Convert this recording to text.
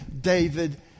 David